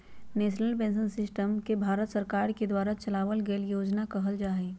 national pension system के भारत सरकार के द्वारा चलावल गइल योजना कहल जा हई